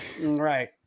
right